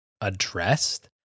addressed